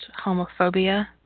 homophobia